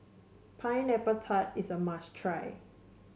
Pineapple Tart is a must try